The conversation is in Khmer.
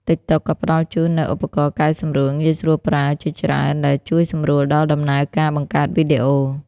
TikTok ក៏ផ្តល់ជូននូវ ឧបករណ៍កែសម្រួលងាយស្រួលប្រើ ជាច្រើនដែលជួយសម្រួលដល់ដំណើរការបង្កើតវីដេអូ។